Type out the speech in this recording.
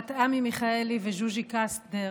בת עמי מיכאלי וג'וג'י קספר,